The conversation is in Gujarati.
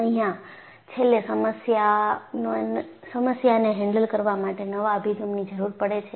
અહીંયા છેલ્લે સમસ્યાને હેન્ડલ કરવા માટે નવા અભિગમની જરૂર પડે છે